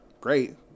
Great